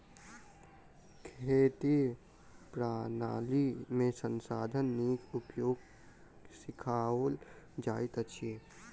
खेती प्रणाली में संसाधनक नीक उपयोग सिखाओल जाइत अछि